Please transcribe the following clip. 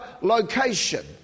location